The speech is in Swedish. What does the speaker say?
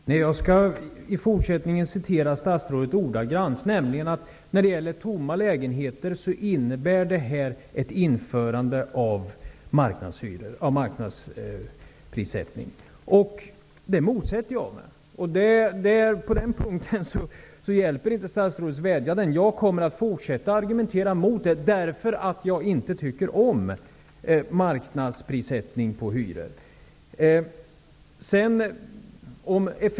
Herr talman! Jag skall i fortsättningen citera statsrådet ordagrant. När det gäller tomma lägenheter innebär det här ett införande av marknadsprissättning. Det motsätter jag mig. På den punkten hjälper inte statsrådets vädjanden. Jag kommer att fortsätta att argumentera mot det, därför att jag inte tycker om marknadsprissättning på hyror.